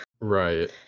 right